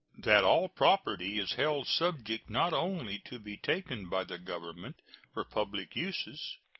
that all property is held subject not only to be taken by the government for public uses,